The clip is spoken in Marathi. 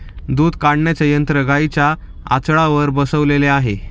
दूध काढण्याचे यंत्र गाईंच्या आचळावर बसवलेले आहे